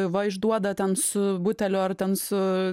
va išduoda ten su buteliu ar ten su